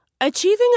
Achieving